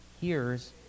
hears